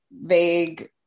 vague